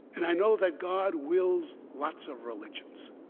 and i know that god wills lots of religions.